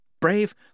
Brave